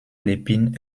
lépine